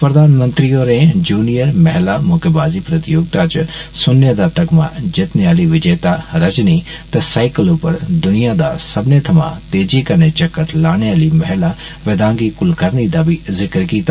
प्रधानमंत्री होरं जूनियर महिला मुक्केबाजी प्रतियोगिता च सुन्ने दा तगमा जितने आह्ली विजेता रजनी ते सैकल पर दुनिया दा सब्बने थमा तेजी कन्नै चक्कर लाने आह्ली महिला वेदांगी कुलकर्णी दा बी जिकर कीता